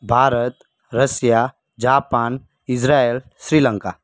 Bharat Russia Japan Israel Sri Lanka